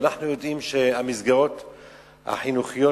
ואנחנו יודעים שהמסגרות החינוכיות,